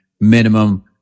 minimum